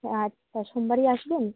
হ্যাঁ আচ্ছা সোমবারই আসবেন